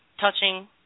touching